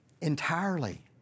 entirely